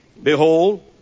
Behold